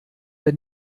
der